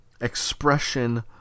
expression